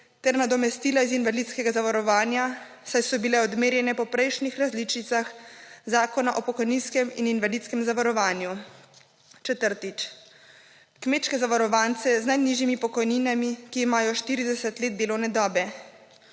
ter nadomestila iz invalidskega zavarovanja, saj so bile odmerjene po prejšnjih različicah zakona o pokojninskem in invalidskem zavarovanju. Četrtič, kmečke zavarovance z najnižjimi pokojninami, ki imajo 40 let delovne dobe.